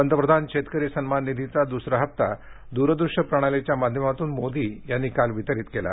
पंतप्रधान शेतकरी सन्मान निधीचा दूसरा हप्ता दूरदृश्य प्रणालीच्या माध्यमातून मोदी यांनी काल वितरीत केला